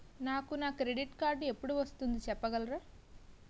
నాకు నా credit card ఎపుడు వస్తుంది చెప్పగలరా?